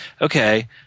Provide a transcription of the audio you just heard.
okay